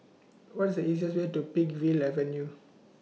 What IS The easiest Way to Peakville Avenue